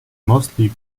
mostly